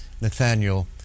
Nathaniel